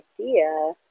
idea